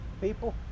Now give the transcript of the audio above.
people